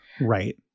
right